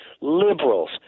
liberals